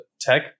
tech